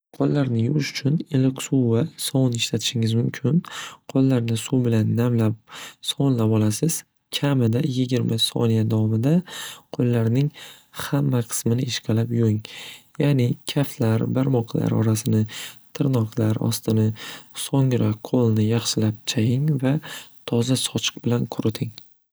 Qo'llarni yuvish uchun iliq suv va sovun ishlatishingiz mumkin qo'llarni suv bilan namlab sovunlab olasiz kamida yigirma soniya davomida qo'llarning hamma qismini ishqalab yuving ya'ni kaftlar barmoqlar orasini tirnoqlar ostini so'ngra qo'lni yaxshilab chaying va toza sochiq bilan quriting.